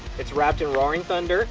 it's wrapped in roaring thunder